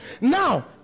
Now